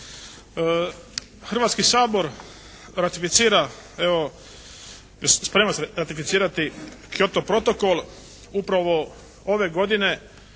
Hrvatski sabor ratificira evo, sprema se ratificirati Kyoto protokol upravo ove godine